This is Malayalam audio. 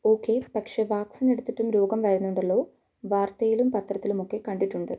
ഓക്കേ പക്ഷേ വാക്സിൻ എടുത്തിട്ടും രോഗം വരുന്നവരുണ്ടല്ലോ വാർത്തയിലും പത്രത്തിലും ഒക്കെ കണ്ടിട്ടുണ്ട്